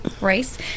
race